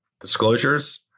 disclosures